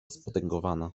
spotęgowana